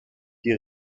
die